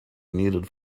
needed